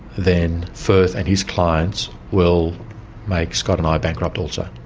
then firth and his clients will make scott and i bankrupt also.